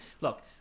Look